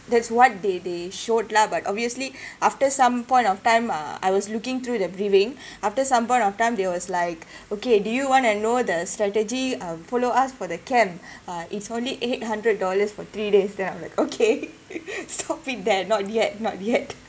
that's what they they showed lah but obviously after some point of time uh I was looking through the briefing after some point of time they was like okay do you want to know the strategy um follow us for the camp uh it's only eight hundred dollars for three days then I'm like okay stop it there not yet not yet